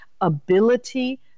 ability